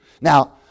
Now